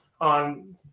on